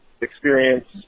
experience